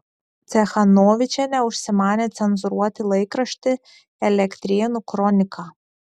cechanovičienė užsimanė cenzūruoti laikraštį elektrėnų kronika